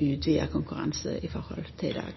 utvida konkurranse i forhold til i dag.